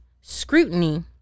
scrutiny